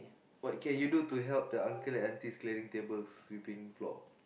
what can you do to help the uncle and aunties clearing tables sweeping floor